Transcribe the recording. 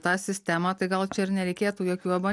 tą sistemą tai gal čia ir nereikėtų jokių abo